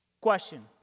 Question